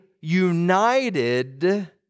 united